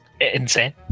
Insane